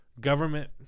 government